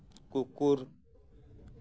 কুকুৰ